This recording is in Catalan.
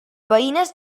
veïnes